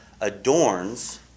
adorns